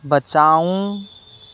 बचाउँ